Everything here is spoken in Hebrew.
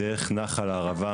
דרך נחל ערבה,